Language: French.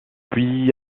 puis